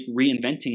reinventing